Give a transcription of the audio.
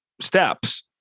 Steps